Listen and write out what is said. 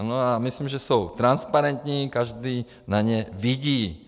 A myslím, že jsou transparentní, každý na ně vidí.